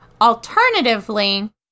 alternatively